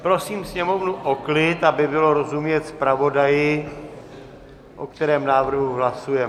Prosím Sněmovnu o klid, aby bylo rozumět zpravodaji, o kterém návrhu hlasujeme.